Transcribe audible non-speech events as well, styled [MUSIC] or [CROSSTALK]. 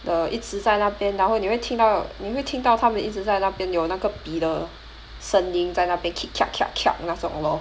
the 一直在那边然后你会听到你会听到他们一直在那边有那个笔的声音在那边 [NOISE] [NOISE] [NOISE] [NOISE] 那种 lor